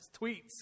tweets